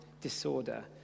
disorder